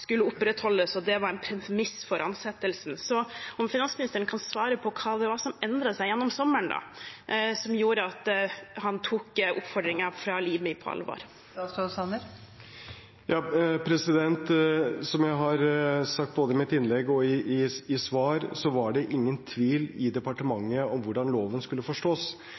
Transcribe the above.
en premiss for ansettelsen. Kan finansministeren svare på hva som endret seg gjennom sommeren, som gjorde at han tok oppfordringen fra Limi på alvor? Som jeg har sagt både i mitt innlegg og i svar, var det ingen tvil i departementet om hvordan loven skulle forstås.